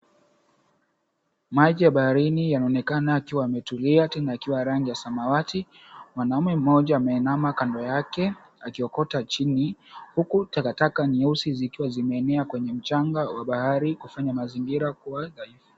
Maji ya baharini yanaonekana yakiwa yametulia, tena yakiwa rangi ya samawati. Mwanaume mmoja ameinama kando yake akiokota chini, huku takataka nyeusi zikiwa zimeenea kwenye mchanga wa bahari kufanya mazingira kuwa dhaifu.